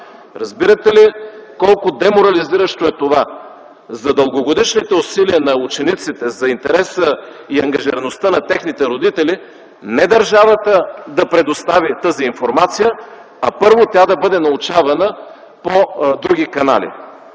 Разбирате ли, колко деморализиращо е това? За дългогодишните усилия на учениците, за интереса и ангажираността на техните родители, не държавата да предостави тази информация, а първо тя да бъде научавана по други канали.